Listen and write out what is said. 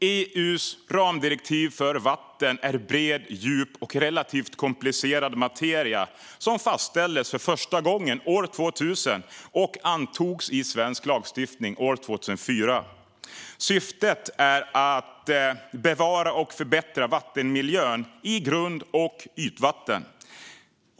EU:s ramdirektiv för vatten är bred, djup och relativt komplicerad materia, som fastställdes för första gången år 2000 och antogs i svensk lagstiftning år 2004. Syftet är att bevara och förbättra vattenmiljön i grund och ytvatten.